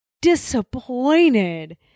disappointed